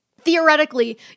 Theoretically